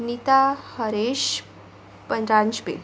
Nita Haresh Paranjape